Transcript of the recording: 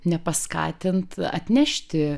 nepaskatint atnešti